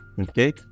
Okay